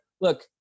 look